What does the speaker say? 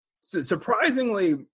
Surprisingly